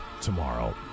tomorrow